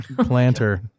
planter